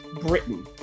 Britain